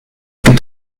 gibt